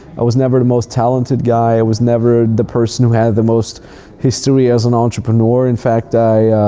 i was never the most talented guy, i was never the person who had the most history as an entrepreneur. in fact, i